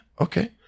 okay